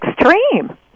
extreme